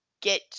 get